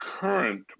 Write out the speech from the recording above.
current